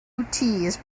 like